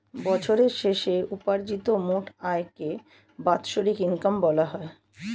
বছরের শেষে উপার্জিত মোট আয়কে বাৎসরিক ইনকাম বলা হয়